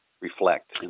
Reflect